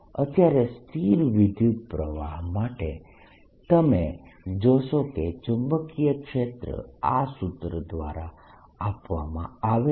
અત્યારે સ્થિર વિદ્યુતપ્રવાહ માટે તમે જોશો કે ચુંબકીય ક્ષેત્ર આ સૂત્ર દ્વારા આપવામાં આવે છે